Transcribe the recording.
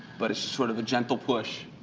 but it's sort of a gentle push.